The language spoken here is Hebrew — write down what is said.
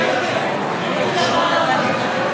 10938,